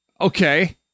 Okay